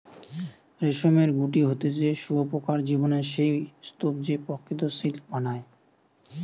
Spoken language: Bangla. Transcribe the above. রেশমের গুটি হতিছে শুঁয়োপোকার জীবনের সেই স্তুপ যে প্রকৃত সিল্ক বানায়